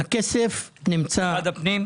משרד הפנים?